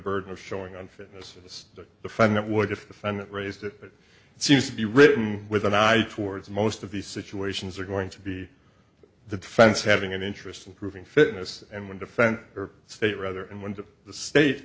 burden of showing on fitness that the fund that would defendant raised it seems to be written with an eye towards most of these situations are going to be the defense having an interest in proving fitness and when defense or state rather and went to the state